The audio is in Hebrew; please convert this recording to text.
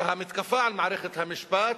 והמתקפה על מערכת המשפט